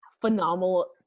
phenomenal